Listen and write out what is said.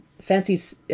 fancies